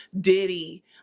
Diddy